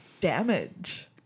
damage